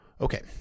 Okay